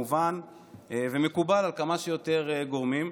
מובן ומקובל על כמה שיותר גורמים.